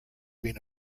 been